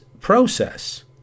process